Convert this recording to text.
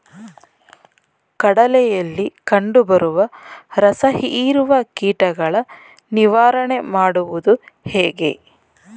ಕಡಲೆಯಲ್ಲಿ ಕಂಡುಬರುವ ರಸಹೀರುವ ಕೀಟಗಳ ನಿವಾರಣೆ ಮಾಡುವುದು ಹೇಗೆ?